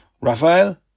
Raphael